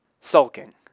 sulking